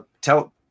tell